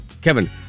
Kevin